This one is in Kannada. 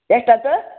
ಎಷ್ಟು ಆತು